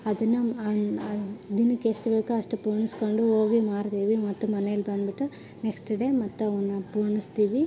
ಅದನ್ನು ದಿನಕ್ಕೆ ಎಷ್ಟು ಬೇಕು ಅಷ್ಟು ಪೋಣಿಸ್ಕೊಂಡು ಹೋಗಿ ಮಾರ್ತೀವಿ ಮತ್ತು ಮನೆಯಲ್ಲಿ ಬಂದುಬಿಟ್ಟು ನೆಕ್ಸ್ಟ್ ಡೇ ಮತ್ತು ಅವುನ್ನ ಪೋಣಿಸ್ತೀವಿ